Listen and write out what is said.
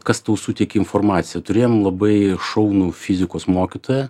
kas tau suteikė informaciją turėjom labai šaunų fizikos mokytoją